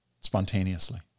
spontaneously